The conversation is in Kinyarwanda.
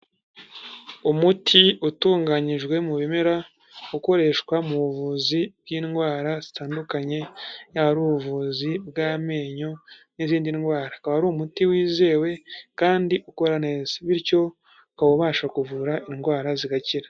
Umuti utunganyijwe mu bimera, ukoreshwa mu buvuzi bw'indwara zitandukanye, yaba ari ubuvuzi bw'amenyo n'izindi ndwara. Akaba ari umuti wizewe kandi ukora neza, bityo ukaba ubasha kuvura indwara zigakira.